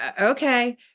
okay